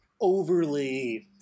overly